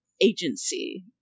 agency